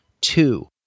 Two